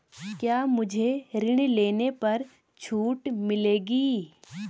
क्या मुझे ऋण लेने पर छूट मिलेगी?